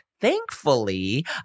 Thankfully